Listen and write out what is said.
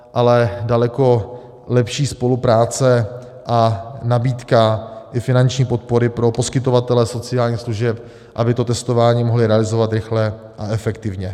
Ale daleko lepší je spolupráce a nabídka finanční podpory pro poskytovatele sociálních služeb, aby to testování mohli realizovat rychle a efektivně.